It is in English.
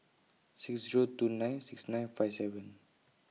six Zero two nine six nine five seven